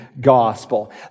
gospel